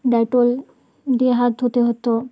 Dettol দিয়ে হাত ধুতে হতো